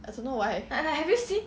I don't know why